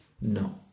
No